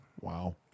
Wow